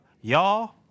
Y'all